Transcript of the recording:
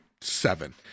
seven